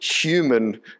human